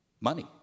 money